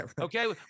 Okay